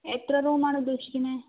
എത്ര റൂമാണുദ്ദേശിക്കുന്നത്